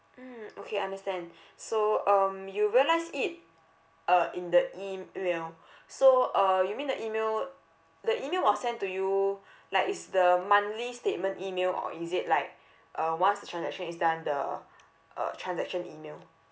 mm okay understand so um you realise it uh in the email so uh you mean the email the email was sent to you like is the monthly statement email or is it like uh once the transaction is done the uh transaction email